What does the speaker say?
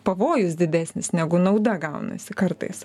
pavojus didesnis negu nauda gaunasi kartais